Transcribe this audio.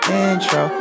intro